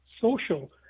social